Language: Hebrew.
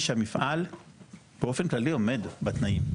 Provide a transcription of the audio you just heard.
הפרספקטיבה היא שהמפעל באופן כללי עומד בתנאים,